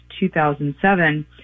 2007